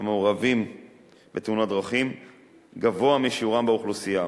המעורבים בתאונות דרכים גבוה משיעורם באוכלוסייה,